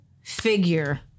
figure